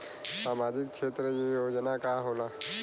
सामाजिक क्षेत्र योजना का होला?